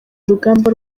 urugamba